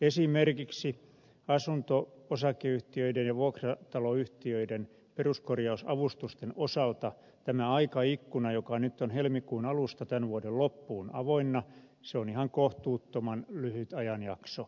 esimerkiksi asunto osakeyhtiöiden ja vuokrataloyhtiöiden peruskorjausavustusten osalta tämä aikaikkuna joka nyt on helmikuun alusta tämän vuoden loppuun avoinna se on ihan kohtuuttoman lyhyt ajanjakso